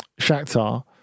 Shakhtar